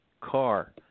car